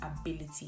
ability